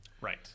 Right